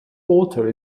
alter